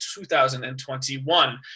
2021